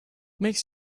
makes